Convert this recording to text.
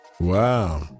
wow